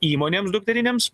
įmonėms dukterinėms